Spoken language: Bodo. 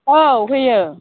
औ होयो